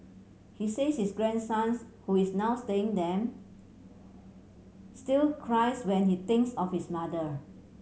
he says his grandsons who is now staying them still cries when he thinks of his mother